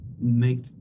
make